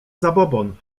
zabobon